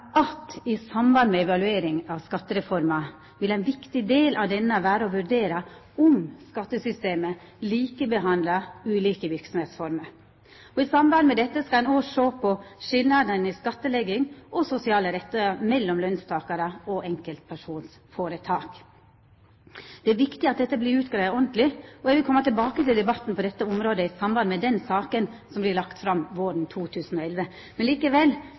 at i samband med evalueringa av Skattereforma vil ein viktig del av ho vera å vurdera om skattesystemet likebehandlar ulike former for verksemder. I samband med dette skal ein òg sjå på skilnadene i skattlegging og sosiale rettar mellom lønstakarar og enkeltpersonføretak. Det er viktig at dette vert greidd ut ordentleg, og me vil koma tilbake til debatten på dette området i samband med saka som vert lagd fram våren 2011. Likevel